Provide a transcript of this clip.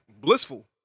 blissful